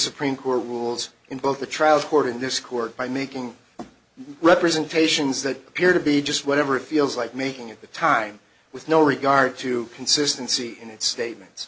supreme court rules in both the trial court and this court by making representations that appear to be just whatever it feels like making at the time with no regard to consistency in its statements